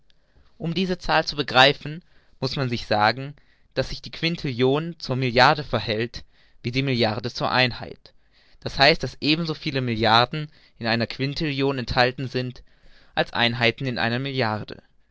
um diese zahl zu begreifen muß man sich sagen daß die ouintillion sich zur milliarde verhält wie die milliarde zur einheit d h daß eben so viel milliarden in jener quintillion enthalten sind als einheiten in einer